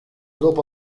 dopo